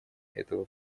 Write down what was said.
этого